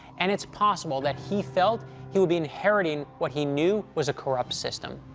and it's possible that he felt he would be inheriting what he knew was a corrupt system.